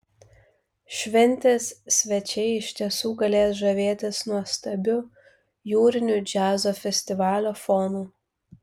šventės svečiai iš tiesų galės žavėtis nuostabiu jūriniu džiazo festivalio fonu